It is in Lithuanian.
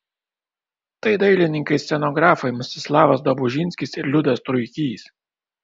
tai dailininkai scenografai mstislavas dobužinskis ir liudas truikys